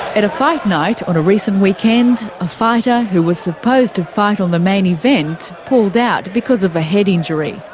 at a fight night on a recent weekend, a fighter who was supposed to fight on the main event, pulled out because of a head injury.